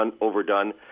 overdone